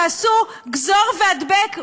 תעשו גזור והדבק,